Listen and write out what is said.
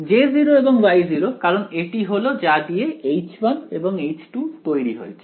J0 এবং Y0 কারণ এটি হলো যা দিয়ে H1 এবং H2 তৈরি হয়েছে